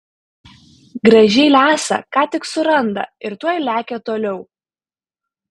gražiai lesa ką tik suranda ir tuoj lekia toliau